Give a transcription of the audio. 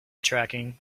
tracking